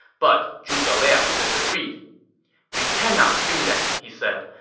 but zhuge liang disagreed we cannot do that, he said.